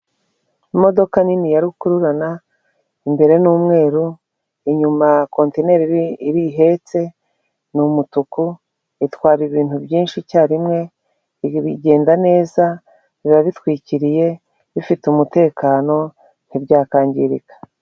Imodoka nini ya rukururana, imbere ni umweru, inyuma kontineri iriya ihetse ni umutuku, itwara ibintu byinshi icyarimwe, bigenda neza, biba bitwikiriye, bifite umutekano, ntibyakwangirika.